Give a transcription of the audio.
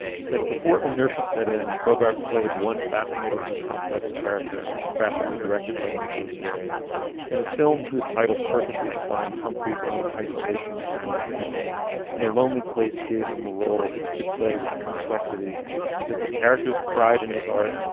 she said before inertia set in, bogart played one fascinatingly complex character, craftily directed by nicholas ray in a film whose title perfectly defined humphrey's own isolation among people in a lonely place gave him a role. but he could play with complexity because the character's pride in his art,